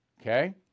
Okay